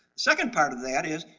second part of that is,